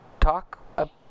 talk